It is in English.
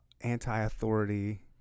anti-authority